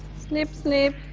snip, snip